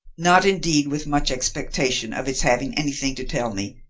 not indeed with much expectation of its having anything to tell me,